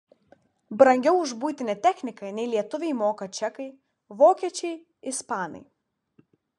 brangiau už buitinę techniką nei lietuviai moka čekai vokiečiai ispanai